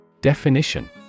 Definition